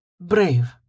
brave